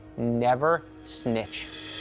never snitch.